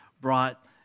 brought